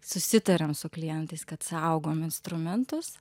susitariam su klientais kad saugom instrumentus